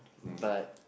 but